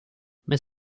mais